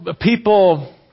people